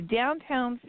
downtown